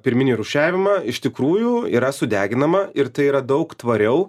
pirminį rūšiavimą iš tikrųjų yra sudeginama ir tai yra daug tvariau